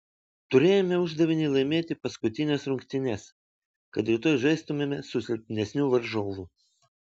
turėjome uždavinį laimėti paskutines rungtynes kad rytoj žaistumėme su silpnesniu varžovu